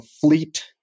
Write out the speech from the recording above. Fleet